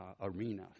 arena